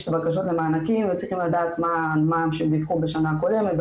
בקשות למענקים וצריכים לדעת מה המע"מ שהם דיווחו בשנה קודמת,